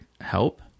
help